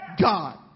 God